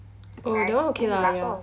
oh that one okay lah ya